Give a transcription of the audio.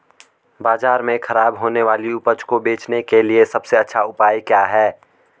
बाजार में खराब होने वाली उपज को बेचने के लिए सबसे अच्छा उपाय क्या हैं?